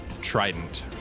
trident